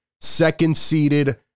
second-seeded